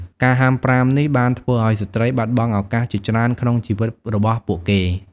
ការហាមប្រាមនេះបានធ្វើឱ្យស្ត្រីបាត់បង់ឱកាសជាច្រើនក្នុងជីវិតរបស់ពួកគេ។